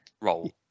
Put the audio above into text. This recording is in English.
roll